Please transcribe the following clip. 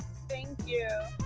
thank you.